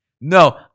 no